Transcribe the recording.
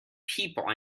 people